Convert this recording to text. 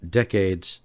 decades